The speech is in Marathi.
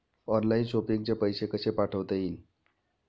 ऑनलाइन शॉपिंग चे पैसे कसे पाठवता येतील?